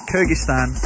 Kyrgyzstan